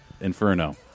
Inferno